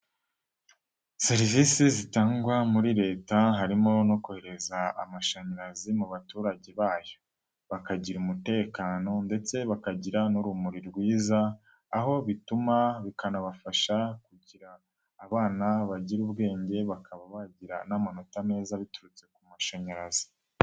|Serivisi zitangwa muri leta harimo no kohereza amashanyarazi mu baturage bayo bakagira umutekano ndetse bakagira n'urumuri rwiza. Aho bituma bikanabafasha kugira abana bagira ubwenge bakaba bagira n'amanota meza biturutse ku mashanyarazi.